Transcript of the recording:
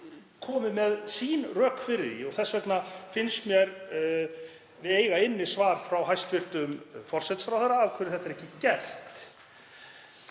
komið með sín rök fyrir því og því finnst mér við eiga inni svar frá hæstv. forsætisráðherra af hverju þetta er ekki gert.